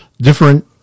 different